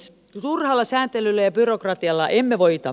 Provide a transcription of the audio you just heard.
turhalla sääntelyllä ja byrokratialla emme voita